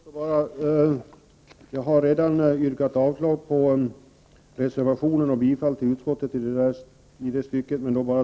Herr talman! Jag har redan yrkat avslag på reservationen och bifall till utskottets hemställan.